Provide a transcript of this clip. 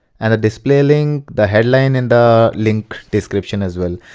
and a display link, the headline and the link description as well.